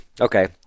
Okay